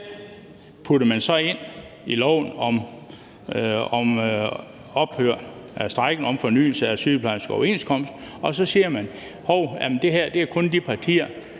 Den putter man så ind i loven om ophør af strejken og om fornyelse af sygeplejerskernes overenskomst, og så siger man: Hov, det er kun de partier,